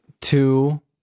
two